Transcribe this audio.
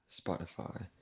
Spotify